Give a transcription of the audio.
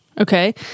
Okay